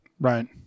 Right